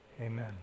Amen